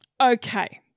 Okay